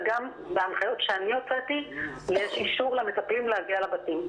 וגם בהנחיות שאני הוצאתי יש אישור למטפלים להגיע לבתים.